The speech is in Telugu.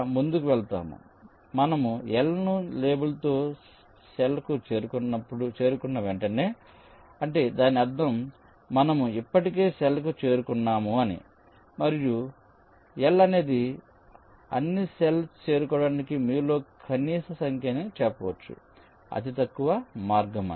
ఇలా ముందుకువెళతాము మనము L ను లేబుల్తో సెల్కు చేరుకున్న వెంటనే అంటే దాని అర్థం మనముఇప్పటికే సెల్కు చేరుకున్నాము అని మరియు L అనేది అన్ని సెల్స్ చేరుకోవడానికి మీలో కనీస సంఖ్య అని చెప్పవచ్చు అతి తక్కువ మార్గం